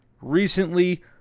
recently